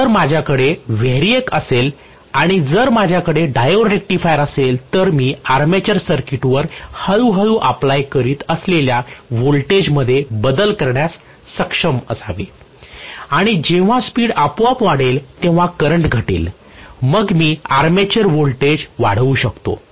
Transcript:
तर जर माझ्याकडे व्हेरिएक असेल आणि जर माझ्याकडे डायोड रेक्टिफायर असेल तर मी आर्माचर सर्किटवर हळूहळू अप्लाय करीत असलेल्या व्होल्टेजमध्ये बदल करण्यास सक्षम असावे आणि जेव्हा स्पीड आपोआप वाढेल तेव्हा करंट घटेल मग मी आर्मेचर वोल्टेज वाढवू शकतो